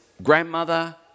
grandmother